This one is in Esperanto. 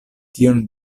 tion